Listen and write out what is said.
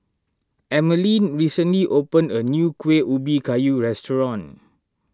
Emmaline recently opened a new Kuih Ubi Kayu restaurant